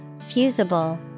fusible